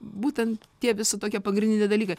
būtent tie visi tokie pagrindiniai dalykai